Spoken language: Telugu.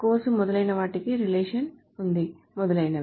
కోర్సు మొదలైన వాటికి రిలేషన్ ఉంది మొదలైనవి